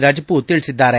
ರಜಪೂತ್ ತಿಳಿಸಿದ್ದಾರೆ